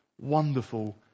wonderful